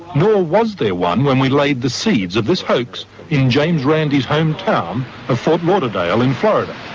nor was there one when we laid the seeds of this hoax in james randi's home town of fort lauderdale in florida.